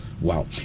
Wow